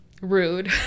Rude